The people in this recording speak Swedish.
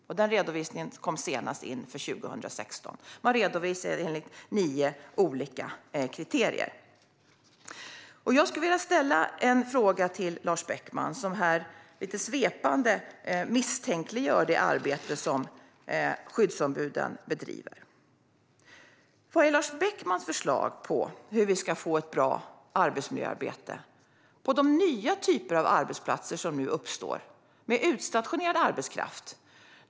Den redovisningen kom senast in för 2016. De redovisar enligt nio olika kriterier. Låt mig ställa en fråga till Lars Beckman, som här lite svepande misstänkliggör det arbete som skyddsombuden bedriver. Vad är Lars Beckmans förslag på hur vi ska få ett bra arbetsmiljöarbete på de nya typer av arbetsplatser som uppstår, med utstationerad arbetskraft?